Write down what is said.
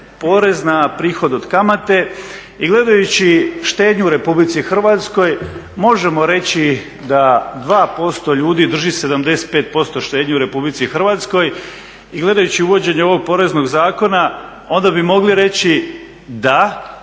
porez na prihod od kamate i gledajući štednju u RH, možemo reći da 2% ljudi drži 75% štednje u RH i gledajući uvođenje ovog poreznog zakona, onda bi mogli reći, da,